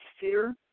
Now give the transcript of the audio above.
fear